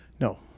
No